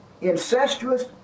incestuous